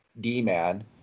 D-man